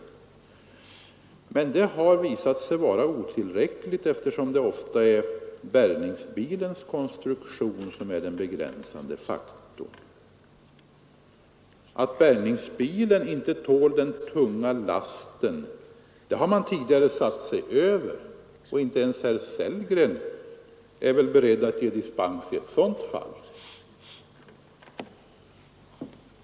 Men det har visat sig otillräckligt, eftersom det ofta är bärgningsbilens konstruktion som är den begränsande faktorn. Att bärgningsbilen inte tål den tunga lasten har man tidigare satt sig över, och inte ens herr Sellgren är väl beredd att ge dispens i sådant fall.